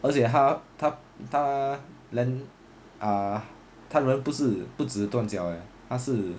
而且他他他他 land ah 他人不是不只断脚 eh 他是